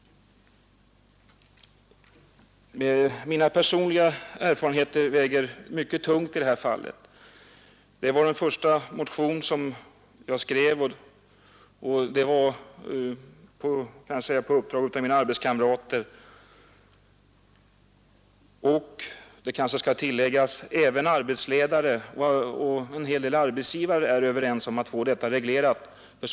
Mina personliga erfarenheter väger mycket tungt i detta fall. Min motion i detta ärende var den första som jag skrivit, och den tillkom på uppdrag av mina arbetskamrater. Det skall kanske också tilläggas att arbetsledare och en hel del arbetsgivare är överens om att dessa förhållanden bör regleras.